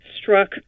struck